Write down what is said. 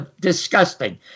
disgusting